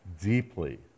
deeply